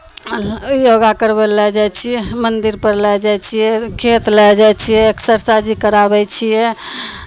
योगा करबै लेल लऽ जाइ छियै मन्दिरपर लए जाइ छियै खेत लए जाइ छियै एक्सरसाइज कराबै छियै